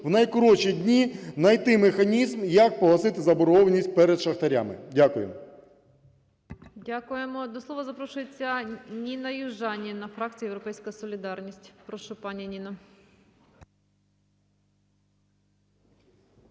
в найкоротші дні найти механізм як погасити заборгованість перед шахтарями. Дякую. ГОЛОВУЮЧА. Дякуємо. До слова запрошується Ніна Южаніна, фракція "Європейська солідарність". Прошу, пані Ніна.